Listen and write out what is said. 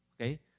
okay